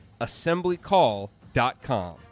assemblycall.com